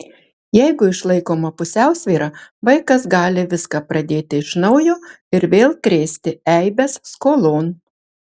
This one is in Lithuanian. jeigu išlaikoma pusiausvyra vaikas gali viską pradėti iš naujo ir vėl krėsti eibes skolon